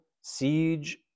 siege